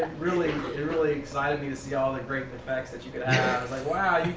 really really excited me to see all the great effects that you could have, it's like wow,